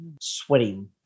sweating